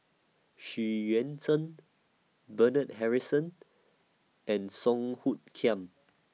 Xu Yuan Zhen Bernard Harrison and Song Hoot Kiam